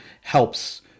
helps